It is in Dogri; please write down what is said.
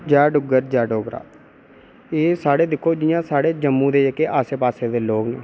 जै डुग्गर जै डोगरा एह् साढ़ै दिक्खो जि'यां साढ़ै जम्मू दे जेह्के आस्सै पास्सै दे जेह्ड़े लोक न